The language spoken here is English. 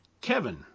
Kevin